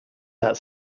that